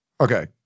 okay